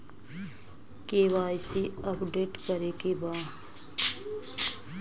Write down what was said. KYC update करे के बा?